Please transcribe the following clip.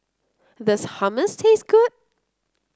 does hummus taste good